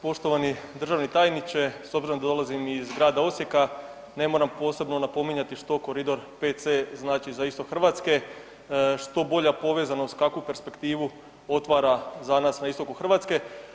Poštovani državni tajniče s obzirom da dolazim iz Grada Osijeka ne moram posebno napominjati što koridor 5C znači za istok Hrvatske što bolja povezanost, kakvu perspektivu otvara za nas na istoku Hrvatske.